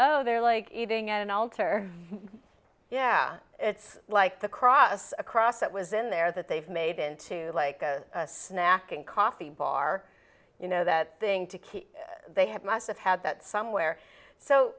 oh they're like eating at an alter yeah it's like the cross across that was in there that they've made into like a snack and coffee bar you know that thing to keep they had must of had that somewhere so